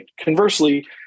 Conversely